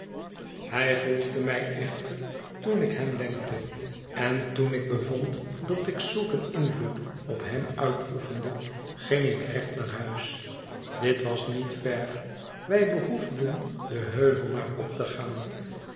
hij volgde mij echter toen ik hem wenkte en toen ik bevond dat ik zulk een invloed op hem uitoefende ging ik recht naar huis dit was niet ver wij behoefden den heuvel maar op te gaan